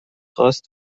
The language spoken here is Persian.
خواست